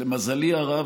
למזלי הרב,